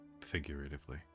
figuratively